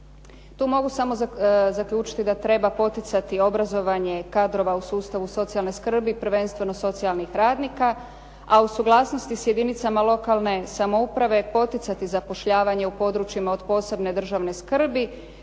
Tu mogu samo zaključiti da treba poticati obrazovanje kadrova u sustavu socijalne skrbi, prvenstveno socijalnih radnika, a u suglasnosti s jedinicama lokalne samouprave poticati zapošljavanje u područjima od posebne državne skrbi